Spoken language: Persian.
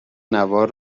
نوار